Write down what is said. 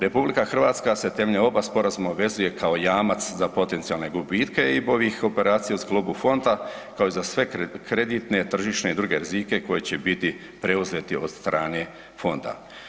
RH se temeljem oba sporazuma obvezuje kao jamac za potencijalne gubitke EIB-ovih operacija u sklopu fonda, kao i za sve kreditne, tržišne i druge rizike koji će biti preuzeti od strane fonda.